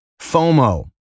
FOMO